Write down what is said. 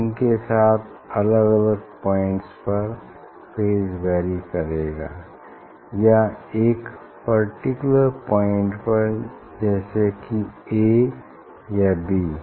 time के साथ अलग अलग पॉइंट्स पर फेज वैरी करेगा या एक पर्टिकुलर पॉइंट पर जैसे कि ए या बी